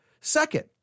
Second